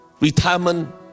Retirement